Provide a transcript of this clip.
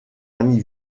ami